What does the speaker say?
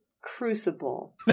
crucible